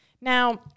Now